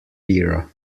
era